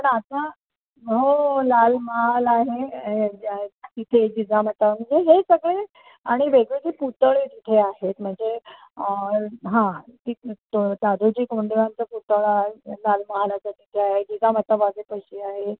पण आता हो लालमहाल आहे तिथे जिजामाता म्हणजे हे सगळे आणि वेगवेगळे पुतळे तिथे आहेत म्हणजे हां तिथं दादोजी कोंडदेवांचा पुतळा लालमहालाच्या तिथे आहे जिजामातापाशी आहे